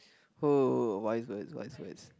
oh wise words wise words